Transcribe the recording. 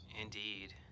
indeed